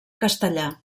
castellà